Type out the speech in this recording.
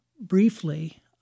briefly